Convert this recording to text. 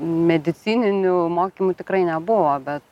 medicininių mokymų tikrai nebuvo bet